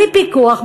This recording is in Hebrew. בלי פיקוח,